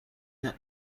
the